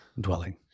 Dwelling